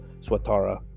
Swatara